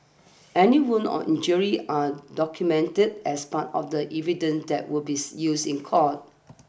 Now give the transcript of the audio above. any wounds or injuries are documented as part of the evidence that will be used in court